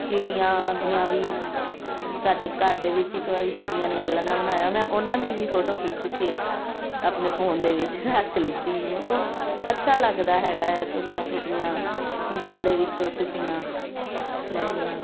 ਚਿੜੀਆਂ ਦੀਆਂ ਵੀ ਸਾਡੇ ਘਰ ਦੇ ਵਿੱਚ ਇੱਕ ਵਾਰੀ ਚਿੜੀਆਂ ਨੇ ਆਲ੍ਹਣਾ ਬਣਾਇਆ ਮੈਂ ਉਹਨਾਂ ਦੀ ਵੀ ਫੋਟੋ ਖਿੱਚ ਕੇ ਆਪਣੇ ਫੋਨ ਦੇ ਵਿੱਚ ਰੱਖ ਲਿੱਤੀ ਵੀ ਮਤਲਬ ਅੱਛਾ ਲੱਗਦਾ ਹੈਗਾ ਆ ਛੋਟੀਆਂ ਛੋਟੀਆਂ ਚੀਜਾਂ ਦੇ ਵਿੱਚੋਂ ਖੁਸ਼ੀਆਂ ਲੈਣੀਆਂ